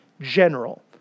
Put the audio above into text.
general